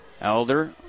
Elder